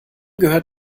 gehört